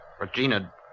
Regina